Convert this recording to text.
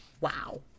Wow